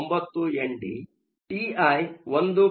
9 Nd T I 1